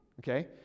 Okay